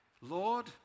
Lord